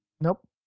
Nope